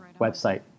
website